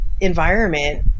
environment